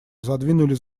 задвинули